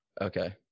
Okay